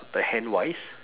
the hand wise